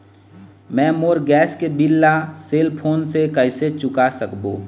मैं मोर गैस के बिल ला सेल फोन से कइसे चुका सकबो?